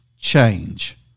change